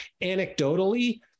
anecdotally